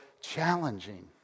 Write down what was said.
challenging